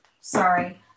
sorry